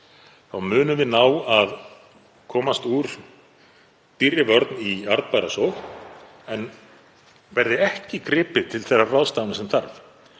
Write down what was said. munum við ná að komast úr dýrri vörn í arðbæra sókn en verði ekki gripið til þeirra ráðstafana sem þarf